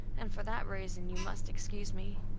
and for that reason you must excuse me.